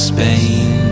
Spain